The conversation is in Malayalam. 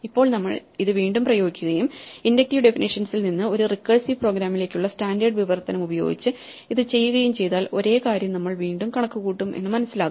ഇപ്പോൾ നമ്മൾ ഇത് വീണ്ടും പ്രയോഗിക്കുകയും ഇൻഡക്റ്റീവ് ഡെഫിനിഷ്യൻസിൽ നിന്ന് ഒരു റിക്കേഴ്സീവ് പ്രോഗ്രാമിലേക്കുള്ള സ്റ്റാൻഡേർഡ് വിവർത്തനം ഉപയോഗിച്ച് ഇത് ചെയ്യുകയും ചെയ്താൽ ഒരേ കാര്യം നമ്മൾ വീണ്ടും കണക്കുകൂട്ടും എന്ന് മനസിലാകും